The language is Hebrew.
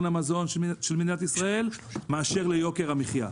המזון של מדינת ישראל מאשר ליוקר המחיה.